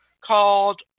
called